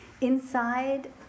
Inside